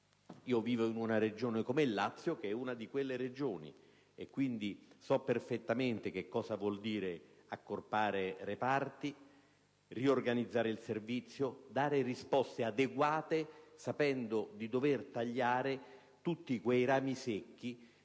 sanitaria. Vivo nel Lazio, che è una di quelle Regioni, e quindi so perfettamente cosa vuol dire accorpare reparti, riorganizzare il servizio, dare risposte adeguate sapendo di dover tagliare tutti quei rami secchi